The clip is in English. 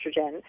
estrogen